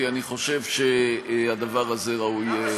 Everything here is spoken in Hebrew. כי אני חושב שהדבר הזה ראוי,